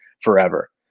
forever